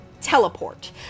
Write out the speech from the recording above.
teleport